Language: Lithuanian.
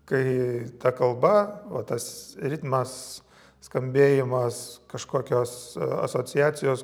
kai ta kalba va tas ritmas skambėjimas kažkokios asociacijos